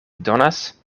donas